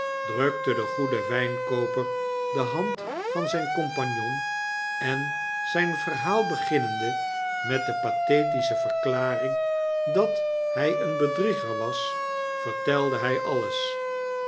drukte de goede wgnkooper de hand van zgn compagnon en zijn verhaal beginnende met de patnetische verklaring dat hg een bedrieger was vertelde hg alles